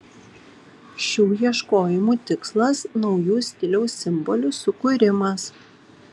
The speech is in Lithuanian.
šių ieškojimų tikslas naujų stiliaus simbolių sukūrimas